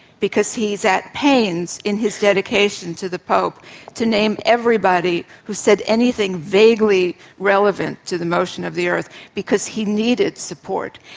because he's at pains in his dedication to the pope to name everybody who said anything vaguely relevant to the motion of the earth, because he needed support.